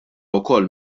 wkoll